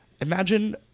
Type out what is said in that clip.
imagine